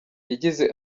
yagize